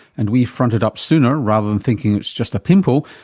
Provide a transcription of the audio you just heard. and we fronted up sooner rather than thinking it's just a pimple,